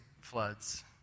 floods